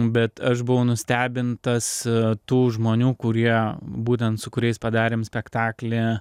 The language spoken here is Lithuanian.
bet aš buvau nustebintas tų žmonių kurie būtent su kuriais padarėm spektaklį